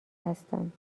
هستند